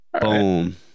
Boom